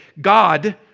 God